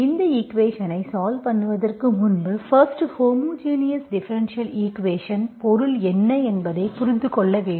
இந்த ஈக்குவேஷன்ஐ சால்வ் பண்ணுவதற்கு முன்பு பஸ்ட் ஹோமோஜினஸ் டிஃபரென்ஷியல் ஈக்குவேஷன் பொருள் என்ன என்பதை புரிந்து கொள்ள வேண்டும்